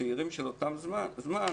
הצעירים של אותם זמנים